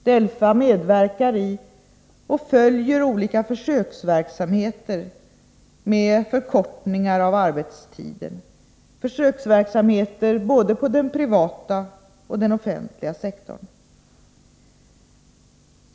DELFA medverkar i och följer olika försöksverksamheter med förkortningar av arbetstiden inom både den privata och den offentliga sektorn.